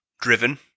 Driven